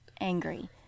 angry